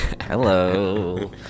Hello